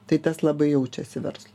tai tas labai jaučiasi verslui